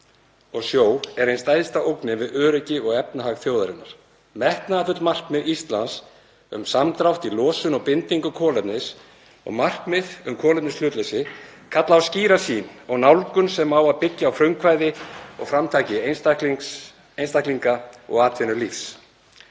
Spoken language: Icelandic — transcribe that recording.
og sjó er ein stærsta ógnin við öryggi og efnahag þjóðarinnar. Metnaðarfull markmið Íslands um samdrátt í losun og bindingu kolefnis og markmið um kolefnishlutleysi kalla á skýra sýn og nálgun sem á að byggja á frumkvæði og framtaki einstaklinga og atvinnulífs.